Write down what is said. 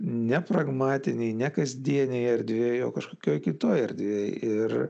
ne pragmatinėj ne kasdienėj erdvėj o kažkokioj kitoj erdvėj ir